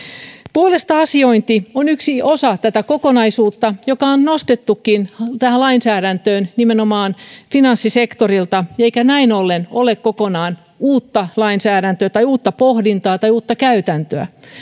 puolesta asiointi on yksi osa tätä kokonaisuutta joka on nostettukin tähän lainsäädäntöön nimenomaan finanssisektorilta eikä näin ollen ole kokonaan uutta lainsäädäntöä uutta pohdintaa tai uutta käytäntöä